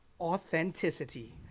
Authenticity